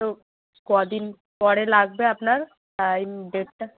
তো কদিন পরে লাগবে আপনার টাইম ডেটটা